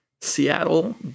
seattle